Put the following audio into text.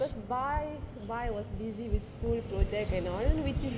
cause bai bai was busy with school project and all which is